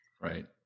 Right